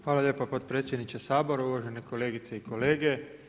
Hvala lijepa potpredsjedniče Sabora, uvažene kolegice i kolege.